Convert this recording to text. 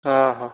ହଁ ହଁ